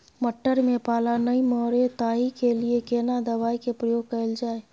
मटर में पाला नैय मरे ताहि के लिए केना दवाई के प्रयोग कैल जाए?